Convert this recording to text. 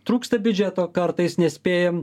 trūksta biudžeto kartais nespėjam